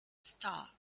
star